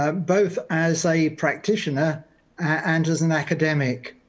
ah both as a practitioner and as an academic.